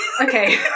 Okay